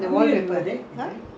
ya eight years